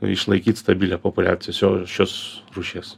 išlaikyt stabilią populiaciją šio šios rūšies